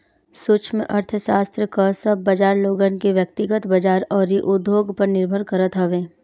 सूक्ष्म अर्थशास्त्र कअ सब बाजार लोगन के व्यकतिगत बाजार अउरी उद्योग पअ निर्भर करत हवे